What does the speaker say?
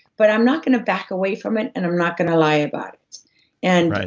but i'm not gonna back away from it, and i'm not gonna lie about it. and